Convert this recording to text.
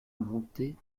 monter